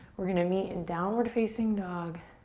we're gonna meet in downward facing dog.